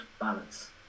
balance